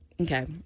Okay